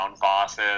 bosses